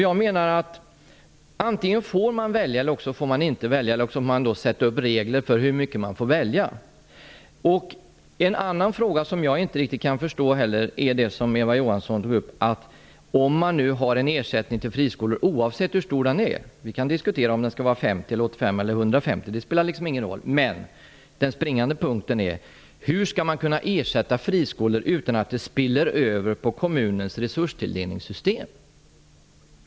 Jag menar att antingen får man välja eller också får man inte välja. Dessutom måste det till regler om hur mycket man får välja. En annan sak som jag inte heller riktigt förstår är det som Eva Johansson sade om ersättningen till friskolorna. Om man har en ersättning till friskolor, oavsett hur stor den är -- vi kan diskutera om den skall vara 50 %, 85 % eller 150 %-- spelar ingen roll. Den springande punkten är i stället: Hur skall man kunna ersätta friskolor utan att det så att säga spiller över på kommunens resurstilldelningssystem?